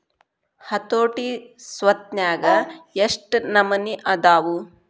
ಹತೋಟಿ ಸ್ವತ್ನ್ಯಾಗ ಯೆಷ್ಟ್ ನಮನಿ ಅದಾವು?